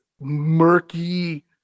murky